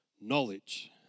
knowledge